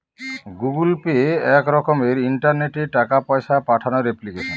Google Pay এক রকমের ইন্টারনেটে টাকা পয়সা পাঠানোর এপ্লিকেশন